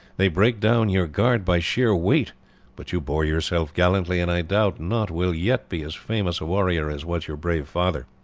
they break down your guard by sheer weight but you bore yourself gallantly, and i doubt not will yet be as famous a warrior as was your brave father.